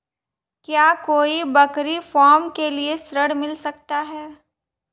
क्या कोई बकरी फार्म के लिए ऋण मिल सकता है?